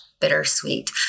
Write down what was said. bittersweet